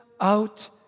out